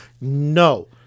no